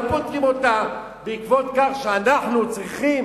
ולא פותרים אותה בעקבות כך שאנחנו צריכים